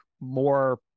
more